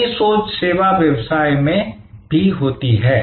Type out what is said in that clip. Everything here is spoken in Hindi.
यही सोच सेवा व्यवसाय में भी होती है